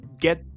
get